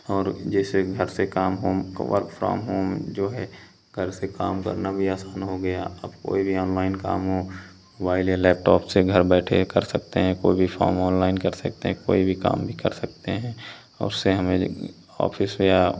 और जैसे घर से काम ऊन वर्क फ्रॉम होम जो है घर से काम करना भी आसान हो गया अब कोई भी ओनलाइन काम हो मोबाइल या लैपटॉप से घर बैठे कर सकते हैं कोई भी काम ओनलाइन कर सकते हैं कोई भी काम भी कर सकते हैं और उससे हमें ऑफिस या